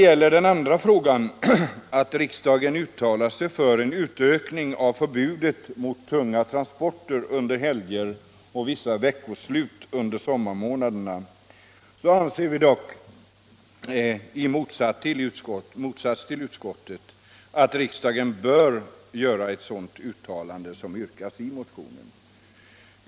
I den andra frågan — att riksdagen uttalar sig för en utökning av förbudet mot tunga transporter under helger och vissa veckoslut under sommarmånaderna — anser vi dock, i motsats till utskottet, att riksdagen bör göra ett uttalande som det som yrkas i motionen.